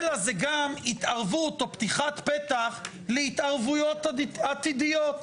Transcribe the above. אלא זה גם התערבות או פתיחת פתח להתערבויות עתידיות.